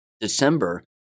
December